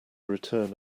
return